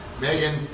Megan